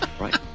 Right